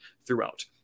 throughout